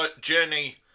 Journey